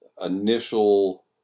initial